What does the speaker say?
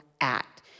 act